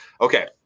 Okay